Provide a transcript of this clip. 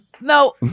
No